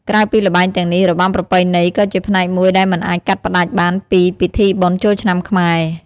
ក្រៅពីល្បែងទាំងនេះ របាំប្រពៃណី ក៏ជាផ្នែកមួយដែលមិនអាចកាត់ផ្តាច់បានពីពិធីបុណ្យចូលឆ្នាំខ្មែរ។